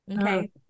okay